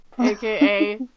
AKA